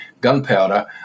gunpowder